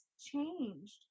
changed